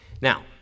Now